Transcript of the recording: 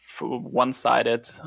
one-sided